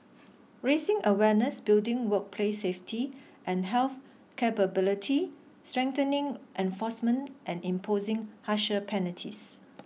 raising awareness building workplace safety and health capability strengthening enforcement and imposing harsher penalties